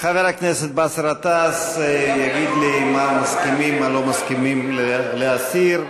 חבר הכנסת באסל גטאס יגיד לי מה מסכימים ומה לא מסכימים להסיר.